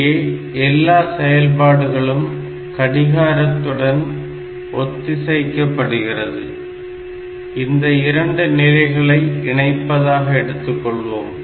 இங்கே எல்லா செயல்பாடுகளும் கடிகாரத்துடன் ஒத்திசைக்கப்படுகிறது இந்த இரண்டு நிலைகளை இணைப்பதாக எடுத்துக்கொள்வோம்